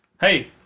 hey